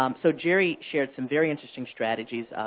um so jerry shared some very interesting strategies.